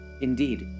Indeed